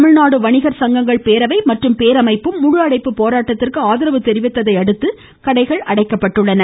தமிழ்நாடு வணிகர் சங்கங்கள் பேரவை மற்றும் பேரமைப்பும் முழு அடைப்பு போராட்டத்திற்கு ஆதரவு தெரிவித்துள்ளதையடுத்து கடைகள் அடைக்கப்பட்டுள்ளன